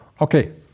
Okay